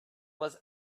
was